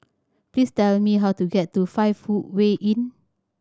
please tell me how to get to Five Footway Inn